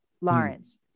Lawrence